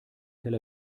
tel